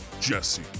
Jesse